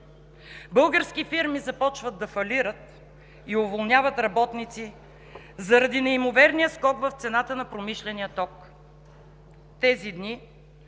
Български фирми започват да фалират и уволняват работници заради неимоверния скок в цената на промишления ток. Тези дни